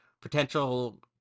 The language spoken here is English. potential